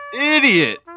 idiot